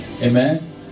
Amen